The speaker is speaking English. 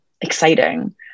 exciting